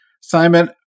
Simon